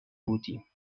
بودیم